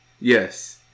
Yes